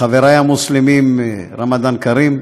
לחברי המוסלמים, רמדאן כרים,